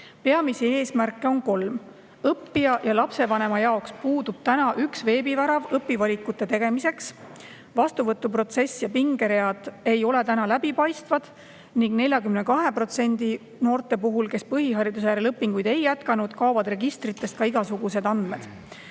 Peamisi eesmärke on kolm: õppija ja lapsevanema jaoks puudub praegu üks veebivärav õpivalikute tegemiseks, vastuvõtuprotsess ja pingeread ei ole läbipaistvad ning 42% noorte puhul, kes põhihariduse järel õpinguid ei ole jätkanud, kaovad registritest ka igasugused andmed.